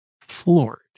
floored